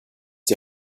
die